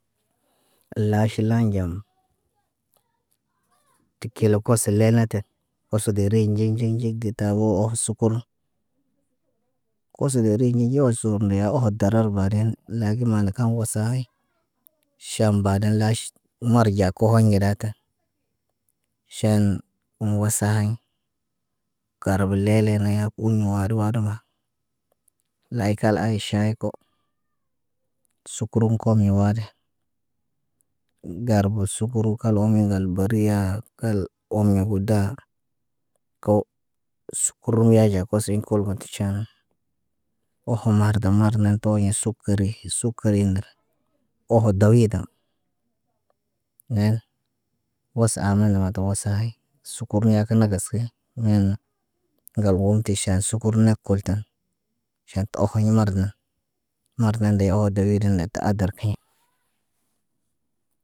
Laaʃe lanɟam. Tikil kose lel nə tə koso de ri nɟiŋg nɟiŋg nɟiŋg ge tabo aw sukur. Koso de ri nɟiŋg nɟiŋg nɟiŋg or suum mbeya ohot darar bayden lakin maana kam wasahiɲ. Ʃam bayden laʃ morɟaa kohoɲ ŋgidaata. Ʃaan mu wasa haɲ. Karbə lele na yaaku un muwaadu waadu mba. Laykal aayi ʃaay ko. Sukurum komiɲ waadi. Garbo sukuru kal omiɲ ŋgal bariyaa, al omiɲa guda. Kaw sukuru yaɟa kosiɲ kulga taʃaa. Oho maarda, maardan tuwa ɲe sukari, ri sukari ndal. Oho dawiidan Neen wasa amida mata wasahi. Yen ŋgal wom ti ʃan sukur na kultan. Caat oho maardan, maardan de oho delil dən tə adal kiɲa.